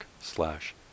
slash